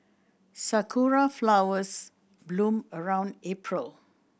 sakura flowers bloom around April